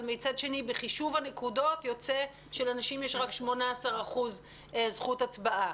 אבל מצד שני בחישוב הנקודות יוצא שלנשים יש רק 18% זכות הצבעה.